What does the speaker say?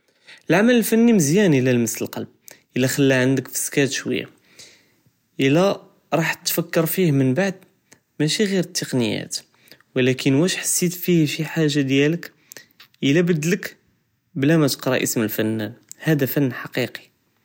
העמל אלפני מזיאן אלא למס אללבב, אלא חלא בפלבכ אססקט אשוייה, אלא רחת תפקר פיה מן בדא משי גור אלתכניקות, ולקין אלא שי حسית פיה חאג'ה דיאלק בלא מתקרא פיה אסם אלפנאן, הדא אלפנ אלח'קיקי.